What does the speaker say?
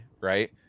Right